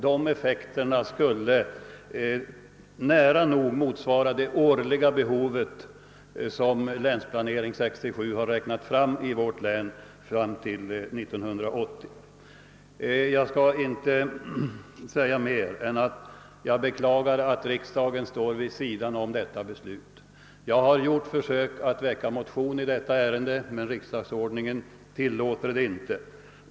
Dessa effekter skulle nära nog motsvara det årliga behov som enligt länsplanering 1967 skulle föreligga i vårt län fram till 1980. Jag skall inte säga mera än att jag beklagar att riksdagen kommit att stå vid sidan om detta beslut. Jag har försökt att väcka motion i ärendet, men riksdagsordningen tillåter inte detta.